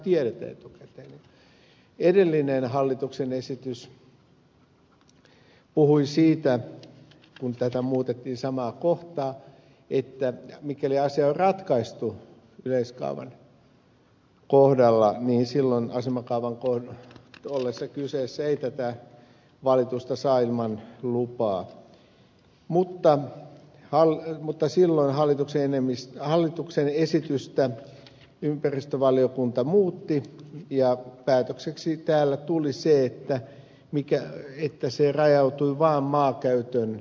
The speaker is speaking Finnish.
edellisessä tätä koskevassa hallituksen esityksessä puhuttiin siitä kun tätä samaa kohtaa muutettiin että mikäli asia on ratkaistu yleiskaavassa niin silloin asemakaavan ollessa kyseessä ei valitusoikeutta saa ilman lupaa mutta silloin ympäristövaliokunta muutti hallituksen esitystä ja päätökseksi täällä tuli se että se rajautui vaan maankäyttöön